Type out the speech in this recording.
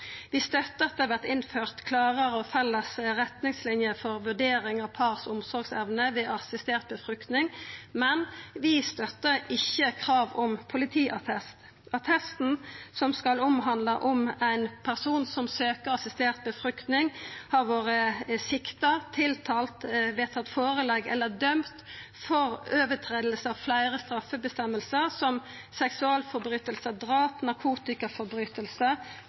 Vi støttar at det vert innført klarare og felles retningsliner for vurdering av par si omsorgsevne ved assistert befruktning, men vi støttar ikkje krav om ein politiattest som skal visa om ein person som søkjer assistert befruktning, har vore sikta, tiltalt, har vedtatt førelegg eller er dømd for brot på fleire straffeføresegner, som seksualbrot, drap,